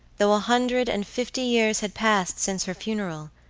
though a hundred and fifty years had passed since her funeral,